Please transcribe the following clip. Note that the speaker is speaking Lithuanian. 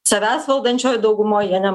savęs valdančiojoj daugumoj jie ne